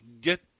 get